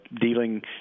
dealing